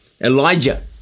Elijah